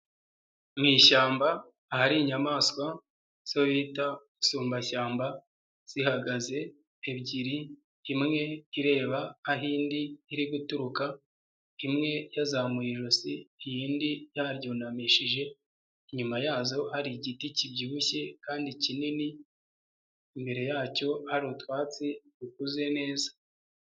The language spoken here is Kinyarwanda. Mu ishyamba ahari inyamaswa zo bita udusumbashyamba zihagaze, ebyiri imwe ireba aho indi iri guturuka, imwe yazamuye ijosi iyindi yaryunamishije, inyuma yazo hari igiti kibyibushye kandi kinini, imbere yacyo hari utwatsi dukuze neza.